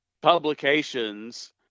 publications